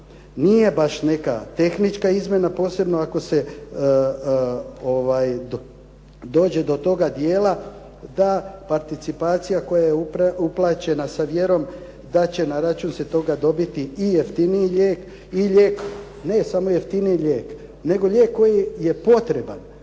nije baš neka tehnička izmjena, posebno ako se dođe do toga dijela da participacija koja je uplaćena sa vjerom da će na račun se toga dobiti i jeftiniji lijek i lijek, ne samo jeftiniji lijek nego lijek koji je potreban